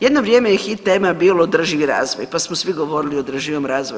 Jedno vrijeme je hit tema bilo održivi razvoj, pa smo svi govorili o održivom razvoju.